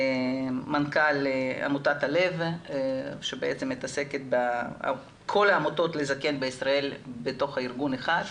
מנכ"ל עמותת הלב שמאגדת את כל העמותות לזקן בישראל בארגון אחד.